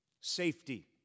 safety